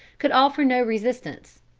could offer no resistance.